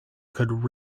could